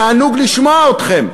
תענוג לשמוע אתכם.